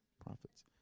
Prophets